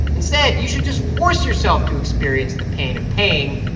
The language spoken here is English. instead, you should just force yourself to experience the pain of paying.